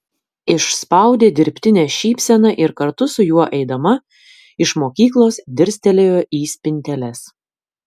išspaudė dirbtinę šypseną ir kartu su juo eidama iš mokyklos dirstelėjo į spinteles